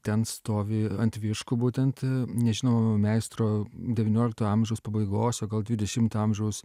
ten stovi ant vyškų būtent nežinojau meistro devyniolikto amžiaus pabaigos o gal dvidešimtojo amžiaus